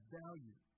value